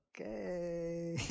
okay